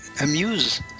amuse